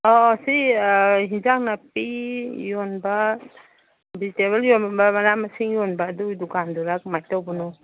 ꯑꯣ ꯑꯣ ꯁꯤ ꯌꯦꯟꯁꯥꯡ ꯅꯥꯄꯤ ꯌꯣꯟꯕ ꯕꯤꯖꯤꯇꯦꯕꯜ ꯌꯣꯟꯕ ꯃꯅꯥ ꯃꯁꯤꯡ ꯌꯣꯟꯕ ꯑꯗꯨ ꯗꯨꯀꯥꯟꯗꯨꯔ ꯀꯃꯥꯏ ꯇꯧꯕꯅꯣ